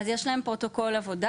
אז יש להם פרוטוקול עבודה,